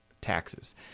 taxes